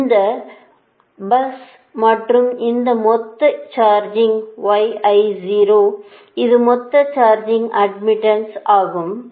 இது அந்த பஸ் மற்றும் இங்கே மொத்த சார்ஜிங் இது மொத்த சார்ஜிங் அட்மிட்டன்ஸ் ஆகும்